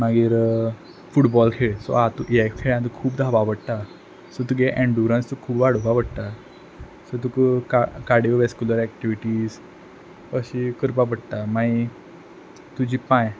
मागीर फुटबॉल खेळचो आ तूं हे खेळान तुक खूब धावपा पडटा सो तुगे एंडुरन्स तुक खूब वाडोवपा पडटा सो तुक का कार्डयोवॅस्कुलर एक्टिविटीज अशी करपा पडटा माई तुज पांय